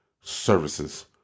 services